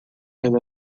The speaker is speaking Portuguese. ela